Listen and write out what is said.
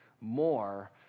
more